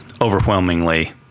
overwhelmingly